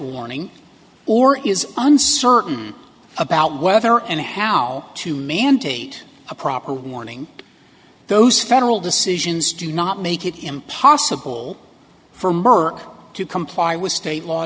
warning or is uncertain about whether and how to mandate a proper warning those federal decisions do not make it impossible for merck to comply with state law